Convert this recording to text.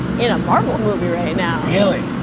in a marvel movie right now. really?